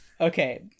Okay